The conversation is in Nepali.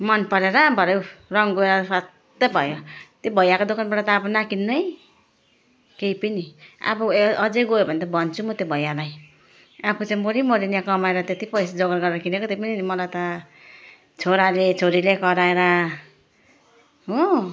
मन परेर भरे ऊ रङ गएर त स्वात्तै भयो त्यो भैयाको दोकानबाट त अब नाकिन्नु है केही पनि अब अझै गयो भने त भन्छु म त्यो भैयालाई आफू चाहिँ मरी मरी यहाँ कमाएर त्यति पैसा जोगाड गरेर किनेको त्यै पनि मलाई त छोराले छोरीले कराएर हो